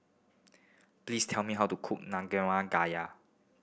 please tell me how to cook